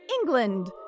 England